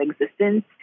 existence